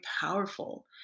powerful